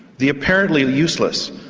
the apparently useless,